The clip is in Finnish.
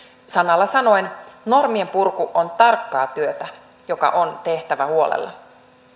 sanalla sanoen normien purku on tarkkaa työtä joka on tehtävä huolella